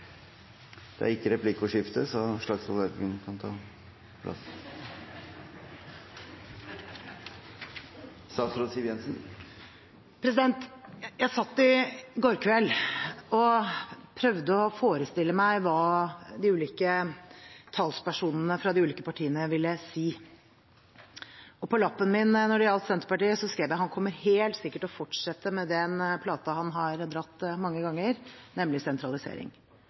Jeg satt i går kveld og prøvde å forestille meg hva de ulike talspersonene for de ulike partiene ville si. På lappen min når det gjaldt Senterpartiet, skrev jeg at han kommer helt sikkert til å fortsette med den plata han har dratt mange ganger, nemlig sentralisering.